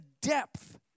depth